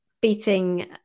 Beating